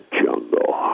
jungle